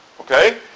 Okay